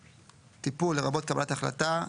"טיפול" לרבות קבלת החלטה,